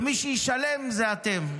ומי שישלם זה אתם.